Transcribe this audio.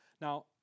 Now